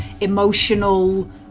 emotional